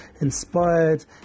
inspired